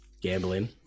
Gambling